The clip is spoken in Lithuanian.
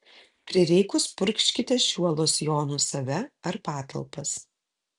prireikus purkškite šiuo losjonu save ar patalpas